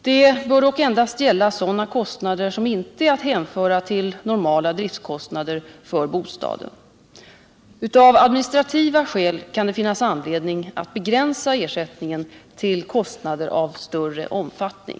Det bör dock endast gälla sådana kostnader som inte är att hänföra till normala driftkostnader för bostaden. Av administrativa skäl kan det finnas anledning att begränsa ersättningen till kostnader av större omfattning.